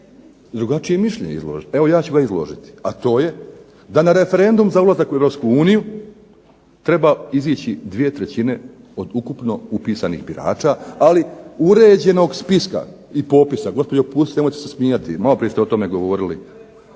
drugačije mišljenje izložiti. Evo ja ću ga izložiti, a to je da na referendum za ulazak u Europsku uniju treba izići 2/3 od ukupno upisanih birača, ali uređenog spiska i popisa. Gospođo Pusić, nemojte se smijati. Malo prije ste o tome govorili,